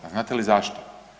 Pa znate li zašto?